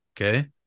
Okay